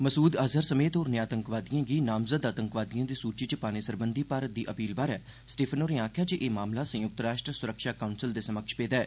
म्सूद अज़हर समेत होरनें आतंकवादिएं गी नामज़द आतंकवादिएं दी सूची च पाने सरबंधी भारत दी अपील बारै स्टीफन होरें आखेआ जे एह मामला संयुक्त राष्ट्र स्रक्षा काउंसल दे समक्ष पेदा ऐ